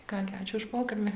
ką gi ačiū už pokalbį